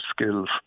skills